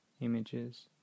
images